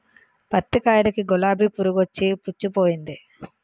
పత్తి కాయలకి గులాబి పురుగొచ్చి పుచ్చిపోయింది